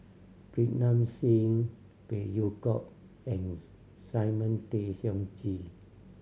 Pritam Singh Phey Yew Kok and Simon Tay Seong Chee